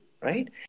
right